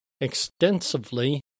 extensively